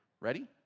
Ready